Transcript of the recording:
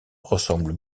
ressemble